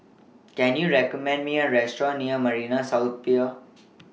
Can YOU recommend Me A Restaurant near Marina South Pier